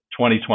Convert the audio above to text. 2020